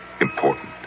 important